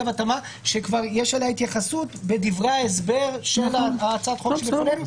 התאמה שיש עליה התייחסות בדברי ההסבר של הצעת החוק שלפנינו.